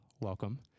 welcome